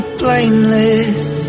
blameless